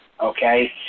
okay